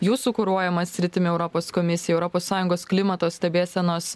jūsų kuruojama sritimi europos komisija europos sąjungos klimato stebėsenos